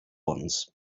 ones